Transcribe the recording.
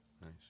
nice